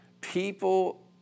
people